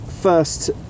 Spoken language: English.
first